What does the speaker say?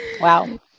Wow